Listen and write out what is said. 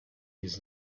his